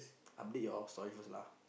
update your off story first lah